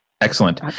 excellent